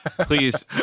Please